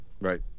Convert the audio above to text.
Right